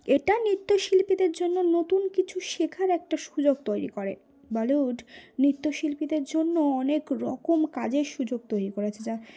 এটা নৃত্যশিল্পীদের জন্য নতুন কিছু শেখার একটা সুযোগ তৈরি করে বলিউড নৃত্যশিল্পীদের জন্য অনেক রকম কাজের সুযোগ তৈরি করেছে যা